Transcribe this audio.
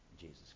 Jesus